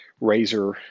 razor